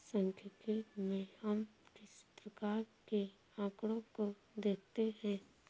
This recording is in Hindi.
सांख्यिकी में हम किस प्रकार के आकड़ों को देखते हैं?